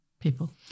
people